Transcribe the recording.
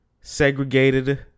segregated